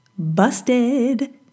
busted